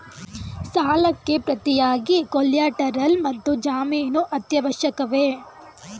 ಸಾಲಕ್ಕೆ ಪ್ರತಿಯಾಗಿ ಕೊಲ್ಯಾಟರಲ್ ಮತ್ತು ಜಾಮೀನು ಅತ್ಯವಶ್ಯಕವೇ?